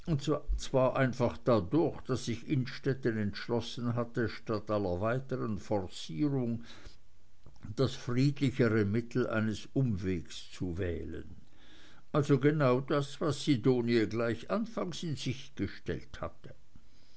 und zwar einfach dadurch daß sich innstetten entschlossen hatte statt aller weiteren forcierung das friedlichere mittel eines umwegs zu wählen also genau das was sidonie gleich anfangs in sicht gestellt hatte